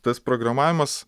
tas programavimas